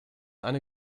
eine